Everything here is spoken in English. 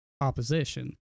opposition